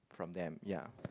from them ya